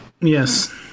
Yes